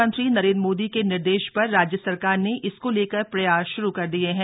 प्रधानमंत्री नरेन्द्र मोदी के निर्देश पर राज्य सरकार ने इसको लेकर प्रयास शुरू कर दिये हैं